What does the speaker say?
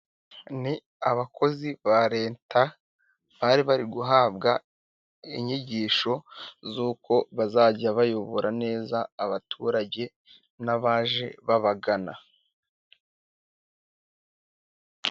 Ni abakozi ba leta, bari bari guhabwa inyigisho z'uko bazajya bayobora neza abaturage n'abaje babagana.